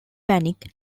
panic